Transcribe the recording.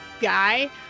guy